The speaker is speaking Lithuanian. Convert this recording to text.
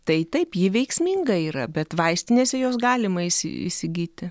tai taip ji veiksminga yra bet vaistinėse jos galima įsi įsigyti